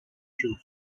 issue